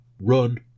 run